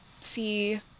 see